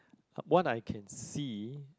what I can see